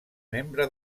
membre